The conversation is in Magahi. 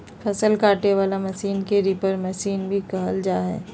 फसल काटे वला मशीन के रीपर मशीन भी कहल जा हइ